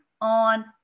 on